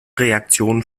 reaktionen